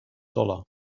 dollar